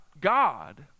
God